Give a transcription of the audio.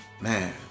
Man